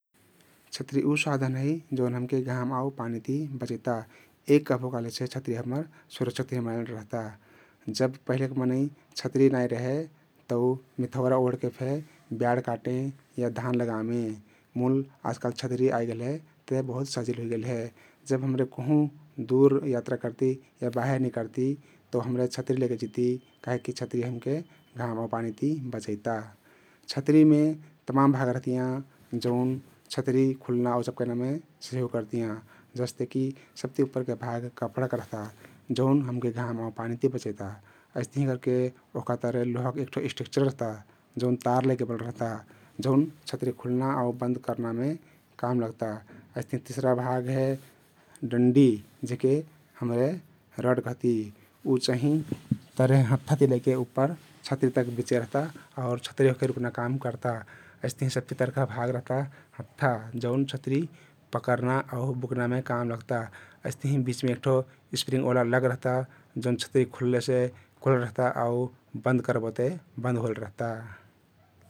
छतरी उ साधन हे जउन हमके घाम आउ पानी ति बचैता । एक कहबो कहलेसे छतरी हम्मर सुरक्षा तहिन बनाइल रहता । जब पहिलेक मनै छतरी नाई रहे तउ मिथउरा ओढके फे ब्याड काटें या धान लगामे । मुल आजकाल छतरी आइगेलहे ते बहुत सहजिल हुइगेल हे । जब हम्रे कहुँ दुर यात्रा करती या बाहिर निकरती तउ हमरे छतरी लैके जैती कहिकी छतरी हमके घाम आउ पानी ति बचैता । छतरीमे तमाम भाग रहतियाँ जउन छतरी खुल्ना आउ चपकैनामे सहियोग करतियाँ । जस्ते कि सबति उप्परके भाग कपडाक रहता जउन हमके घाम आउ पानी ति बचैता । अइस्तहिं करके ओहका तरे लोहक एक ठो स्ट्रेक्चर रहता जउन तार लैके बनल रहता जउन छतरी खुल्ना आउ बन्द कर्नामे काम लग्ता । अइस्तहिं तिसरा भाग हे डण्डी जेहके हम्रे रड कहती । उ चाहिं तरे हत्था ति लैके उप्पर छतरी तक बिच्चे रहता आउर छतरी ओहके रुक्ना काम कर्ता । अइस्तहीं सबति तरका भाग रहता हत्था जउन छतरी पकर्ना आउ बुक्नामे काम लग्ता । अइस्तहिं बिचमे एक ठो स्प्रिङ्ग ओला लक रहता जउन छतरी खुल्लेसे खुलल रहता आउ बन्द कर्बो ते बन्द होइल रहता ।